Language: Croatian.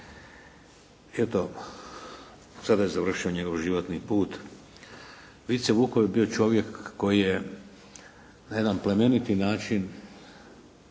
sada je završen njegov životni put. Vice Vukov je bio čovjek koji je na jedan plemeniti način